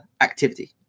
activity